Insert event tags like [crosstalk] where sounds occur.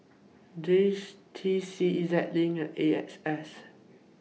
J [unintelligible] T C Ez LINK and A X S